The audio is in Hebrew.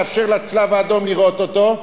לאפשר לצלב-האדום לראות אותו,